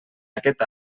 aquest